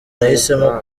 nahisemo